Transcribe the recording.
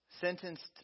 sentenced